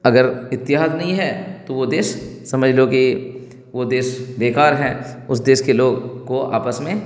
اگر اتحاد نہیں ہے تو وہ دیش سمجھ لو کہ وہ دیش بیکار ہیں اس دیش کے لوگ کو آپس میں